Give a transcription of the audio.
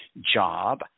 job